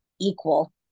equal